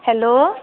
hello